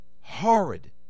horrid